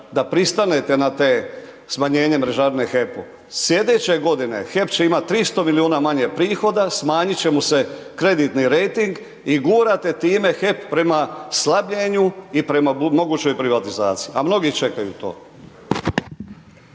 da pristanete na te smanjenje mrežarine HEP-u? Sljedeće godine HEP će imati 300 milijuna manje prihoda, smanjit će mu se kreditni rejting i gurate time HEP prema slabljenju i prema mogućoj privatizaciji, a mnogi čekaju to.